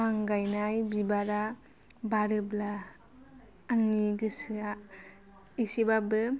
आं गायनाय बिबारा बारोब्ला आंनि गोसोआ एसेबाबो